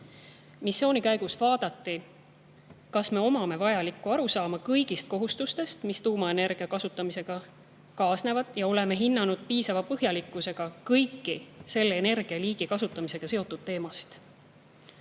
Missiooni käigus vaadati, kas meil on vajalik arusaam kõigist kohustustest, mis tuumaenergia kasutamisega kaasnevad, ja kas me oleme hinnanud piisava põhjalikkusega kõiki seda liiki energia kasutamisega seotud teemasid.